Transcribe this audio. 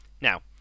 Now